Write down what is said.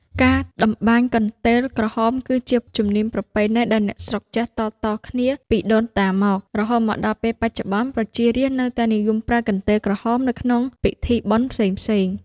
ការតម្បាញកន្ទេលក្រហមគឺជាជំនាញប្រពៃណីដែលអ្នកស្រុកចេះតៗគ្នាពីដូនតាមក រហូតមកដល់ពេលបច្ចុប្បន្នប្រជារាស្ត្រនៅតែនិយមប្រើកន្ទេលក្រហមនៅក្នុងពិធីបុណ្យផ្សេងៗ ។